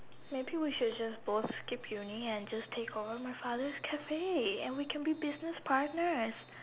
maybe we should just both skip uni and just take over my father's cafe and we can be business partners